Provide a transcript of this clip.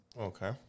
Okay